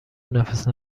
نفس